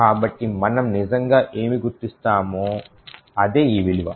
కాబట్టి మనం నిజంగా ఏమి గుర్తిస్తామో అదే ఈ విలువ